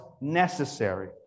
necessary